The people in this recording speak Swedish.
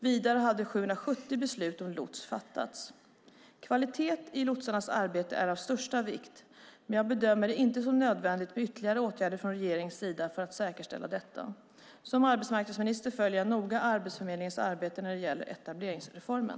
Vidare hade 770 beslut om lots fattats. Kvalitet i lotsarnas arbete är av största vikt, men jag bedömer det inte som nödvändigt med ytterligare åtgärder från regeringens sida för att säkerställa detta. Som arbetsmarknadsminister följer jag noga Arbetsförmedlingens arbete när det gäller etableringsreformen.